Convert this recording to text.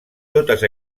totes